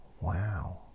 Wow